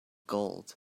gold